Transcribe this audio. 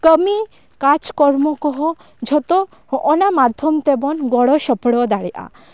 ᱠᱟᱹᱢᱤ ᱠᱟᱡᱽ ᱠᱚᱨᱢᱚ ᱠᱚᱦᱚᱸ ᱡᱷᱚᱛᱚ ᱦᱚᱸᱜᱼᱚ ᱱᱟ ᱢᱟᱫᱽᱫᱷᱚᱢ ᱛᱮᱵᱚᱱ ᱜᱚᱲᱚ ᱥᱚᱯᱚᱲᱚ ᱫᱟᱲᱮᱭᱟᱜᱼᱟ